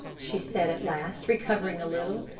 she said at last, recovering a little.